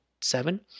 seven